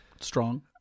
Strong